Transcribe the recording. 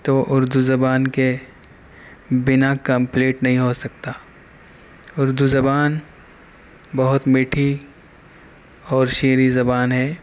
تو اردو زبان کے بنا کمپلیٹ نہیں ہو سکتا اردو زبان بہت میٹھی اور شیریں زبان ہے